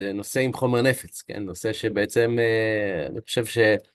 נושא עם חומר נפץ, נושא שבעצם, אני חושב ש...